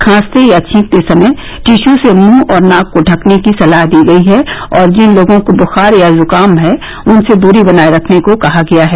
खांसते या छींकते समय टीश्यू से मुंह और नाक को ढकने की सलाह दी गई है और जिन लोगों को बूखार या जूकाम है उनसे दूरी बनाए रखने को कहा गया है